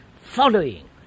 following